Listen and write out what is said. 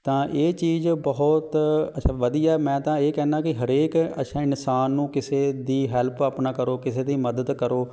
ਤਾਂ ਇਹ ਚੀਜ਼ ਬਹੁਤ ਅੱਛਾ ਵਧੀਆ ਮੈਂ ਤਾਂ ਇਹ ਕਹਿੰਦਾ ਕਿ ਹਰੇਕ ਅੱਛਾ ਇਨਸਾਨ ਨੂੰ ਕਿਸੇ ਦੀ ਹੈਲਪ ਆਪਣਾ ਕਰੋ ਕਿਸੇ ਦੀ ਮਦਦ ਕਰੋ